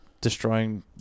destroying